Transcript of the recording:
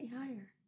higher